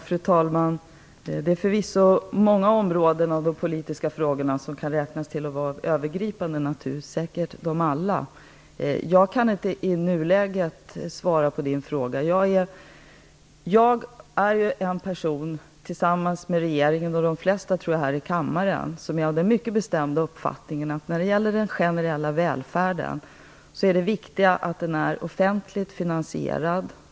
Fru talman! Det är många av de politiska frågorna som är av övergripande natur, säkert alla. Jag kan i nuläget inte svara på Tuve Skånbergs fråga. Jag är en person som, tillsammans med regeringen och de flesta här i kammaren, är av den mycket bestämda uppfattningen att det viktiga när det gäller den generella välfärden är att den är offentligt finansierad.